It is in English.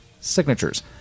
signatures